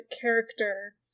character